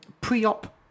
pre-op